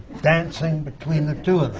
dancing between the two of them.